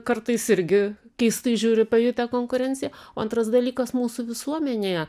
kartais irgi keistai žiūri pajutę konkurenciją o antras dalykas mūsų visuomenėje